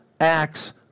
acts